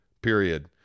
period